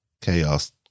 chaos